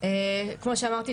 כמו שאמרתי,